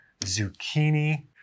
zucchini